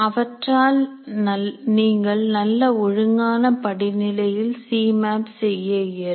அவற்றால் நீங்கள் நல்ல ஒழுங்கான படிநிலையில் சிமேப் செய்ய இயலும்